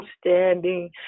standing